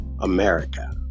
America